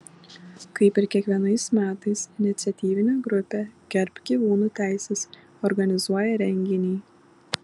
kaip ir kiekvienais metais iniciatyvinė grupė gerbk gyvūnų teises organizuoja renginį